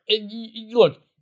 Look